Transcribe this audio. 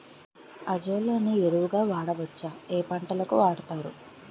Azolla ని ఎరువు గా వాడొచ్చా? ఏ పంటలకు వాడతారు?